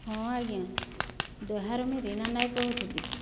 ହଁ ଆଜ୍ଞା ଦହ୍ୟାରୁ ମୁଇଁ ରିନା ନାୟକ କହୁଥିଲି